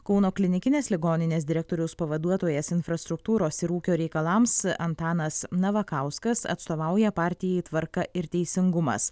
kauno klinikinės ligoninės direktoriaus pavaduotojas infrastruktūros ir ūkio reikalams antanas navakauskas atstovauja partijai tvarka ir teisingumas